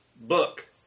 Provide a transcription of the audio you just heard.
book